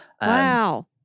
Wow